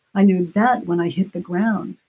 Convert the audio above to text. i knew that when i hit the ground,